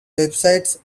websites